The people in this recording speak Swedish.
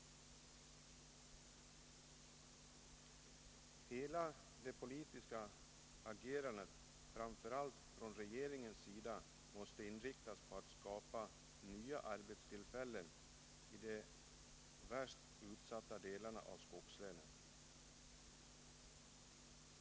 Hela det politiska agerandet, framför allt från regeringens sida, måste inriktas på att skapa nya arbetstillfällen i de värst utsatta delarna av skogslänen.